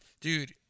Dude